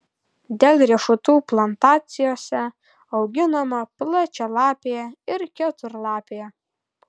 dėl riešutų plantacijose auginama plačialapė ir keturlapė